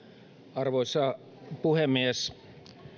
arvoisa puhemies